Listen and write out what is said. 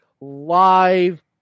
live